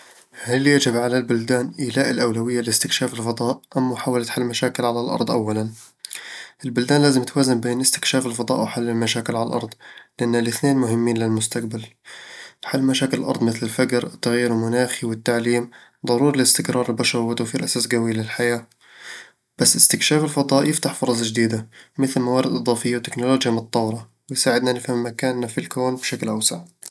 هل يجب على البلدان إيلاء الأولوية لاستكشاف الفضاء، أم محاولة حل المشاكل على الأرض أولًا؟ البلدان لازم توازن بين استكشاف الفضاء وحل المشاكل على الأرض، لأن الاثنين مهمين للمستقبل حل مشاكل الأرض مثل الفقر، التغير المناخي، والتعليم، ضروري لاستقرار البشر وتوفير أساس قوي للحياة بس استكشاف الفضاء يفتح فرص جديدة، مثل موارد إضافية وتكنولوجيا متطورة، ويساعدنا نفهم مكاننا في الكون بشكل أوسع